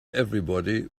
everybody